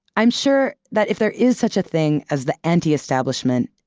i'm sure that if there is such a thing as the anti-establishment,